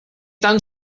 tan